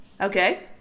okay